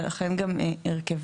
ולכן גם הרכבה,